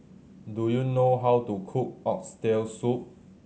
do you know how to cook Oxtail Soup